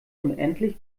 unendlich